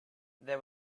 there